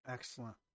Excellent